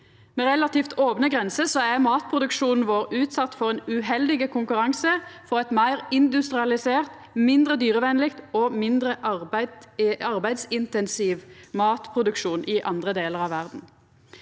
Med relativt opne grenser er matproduksjonen vår utsett for ein uheldig konkurranse frå ein meir industrialisert, mindre dyrevenleg og mindre arbeidsintensiv matproduksjon i andre delar av verda.